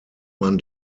man